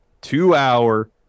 two-hour